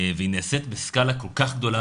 והיא נעשית בסקאלה כל כך גדולה,